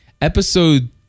episode